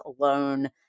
alone